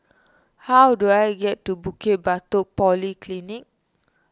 how do I get to Bukit Batok Polyclinic